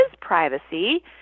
privacy